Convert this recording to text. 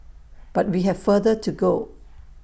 but we have further to go